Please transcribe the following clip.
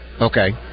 Okay